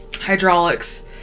hydraulics